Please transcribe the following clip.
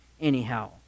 anyhow